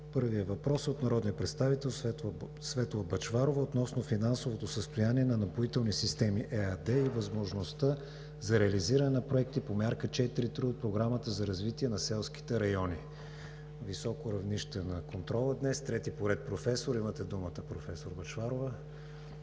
Първият въпрос е от народния представител Светла Бъчварова относно финансовото състояние на „Напоителни системи“ ЕАД и възможността за реализиране на проекти по Мярка 4.3 от Програмата за развитие на селските райони – високо равнище на контрола. Имате думата, професор Бъчварова.